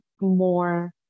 more